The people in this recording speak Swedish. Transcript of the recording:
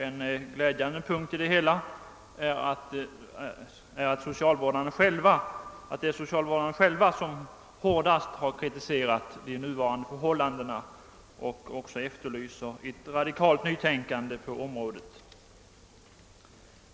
En glädjande punkt i det hela är att det är socialvårdarna själva som hårdast kritiserat de nuvarande förhållandena och krävt ett radikalt nytänkande på området.